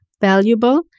valuable